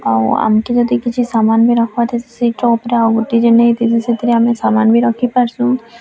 ଆଉ ଆମ୍କେ ଯଦି କିଛି ସାମାନ୍ ବି ରଖବାର୍ ଥିସି ସିଟ୍ର ଉପରେ ଆଉ ଗୋଟେ ଜେନ୍ଟାକି ଥିସି ସେଥିରେ ଆମେ ସାମାନ୍ ବି ରଖିପାରସୁଁ